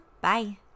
Bye